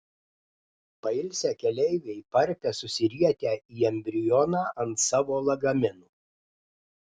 pailsę keleiviai parpia susirietę į embrioną ant savo lagaminų